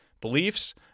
beliefs